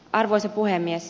arvoisa puhemies